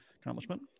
accomplishment